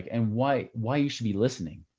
and why why you should be listening?